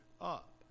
up